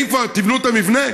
אם כבר תבנו את המבנה,